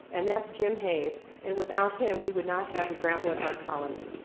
and that's jim hayes, and without him, we would not have the grant wood art colony.